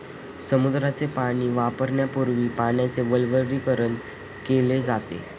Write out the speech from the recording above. समुद्राचे पाणी वापरण्यापूर्वी पाण्याचे विलवणीकरण केले जाते